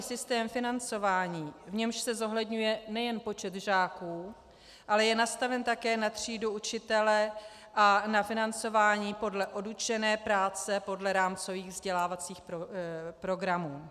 Kombinovaný systém financování, v němž se zohledňuje nejen počet žáků, ale je nastaven také na třídu učitele a na financování podle odučené práce, podle rámcových vzdělávacích programů.